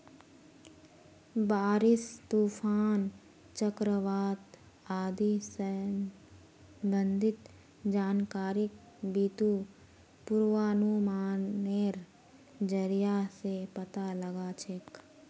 बारिश, तूफान, चक्रवात आदि स संबंधित जानकारिक बितु पूर्वानुमानेर जरिया स पता लगा छेक